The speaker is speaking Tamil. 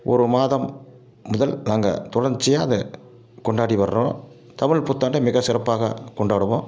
ஒரு மாதம் முதல் நாங்கள் தொடர்ச்சியாக அதை கொண்டாடி வர்கிறோம் தமிழ் புத்தாண்டை மிக சிறப்பாக கொண்டாடுவோம்